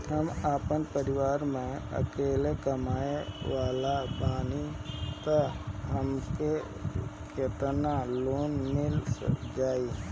हम आपन परिवार म अकेले कमाए वाला बानीं त हमके केतना लोन मिल जाई?